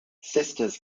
sisters